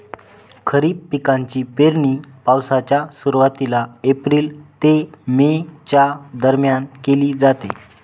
खरीप पिकांची पेरणी पावसाच्या सुरुवातीला एप्रिल ते मे च्या दरम्यान केली जाते